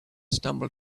stumbled